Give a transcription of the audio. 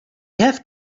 have